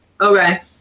Okay